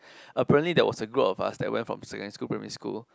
apparently there was a group of us that went from secondary school primary school